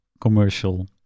commercial